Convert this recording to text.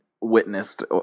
witnessed